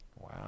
Wow